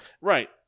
Right